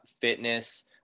fitness